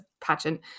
pageant